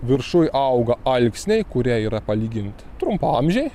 viršuj auga alksniai kurie yra palygint trumpaamžiai